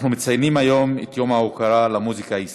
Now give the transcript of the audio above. אנחנו מציינים היום את יום ההוקרה למוזיקה הישראלית,